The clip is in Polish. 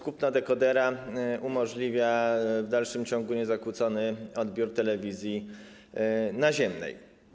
Kupno dekodera umożliwia w dalszym ciągu niezakłócony odbiór telewizji naziemnej.